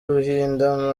ruhinda